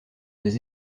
des